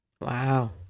Wow